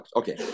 okay